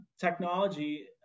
technology